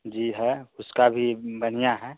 जी है उसका भी बानिया है